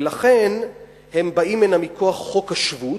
ולכן הם באים הנה מכוח חוק השבות,